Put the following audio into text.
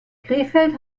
krefeld